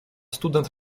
student